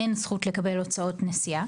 אין זכות לקבל הוצאות נסיעה.